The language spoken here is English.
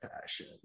passion